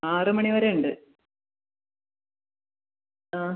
ആറ് മണി വരെ ഉണ്ട് ആ